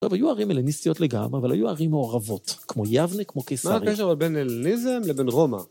היו ערים הלניסטיות לגמרי, אבל היו ערים מעורבות, כמו יבנה, כמו קיסריה. מה הקשר בין הלניזם לבין רומא?